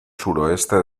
suroeste